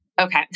Okay